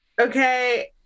Okay